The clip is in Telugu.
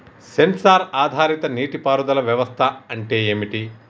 సెన్సార్ ఆధారిత నీటి పారుదల వ్యవస్థ అంటే ఏమిటి?